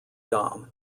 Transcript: dame